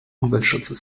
umweltschutzes